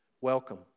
welcome